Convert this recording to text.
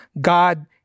God